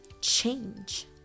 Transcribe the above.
change